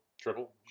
Triple